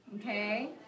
okay